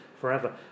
forever